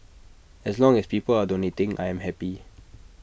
as long as people are donating I'm happy